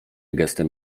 gestem